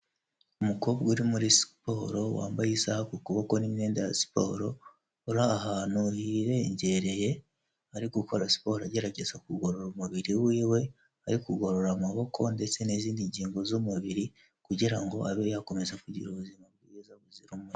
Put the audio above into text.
Umukobwa uri muri siporo wambaye isaha ku kuboko n'imyenda ya siporo, uri ahantu hirengereye ari gukora siporo agerageza kugorora umubiri wiwe, ari kugorora amaboko ndetse n'izindi ngingo z'umubiri kugira ngo abe yakomeza kugira ubuzima bwiza buzira umuze.